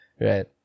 Right